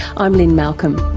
i'm lynne malcolm,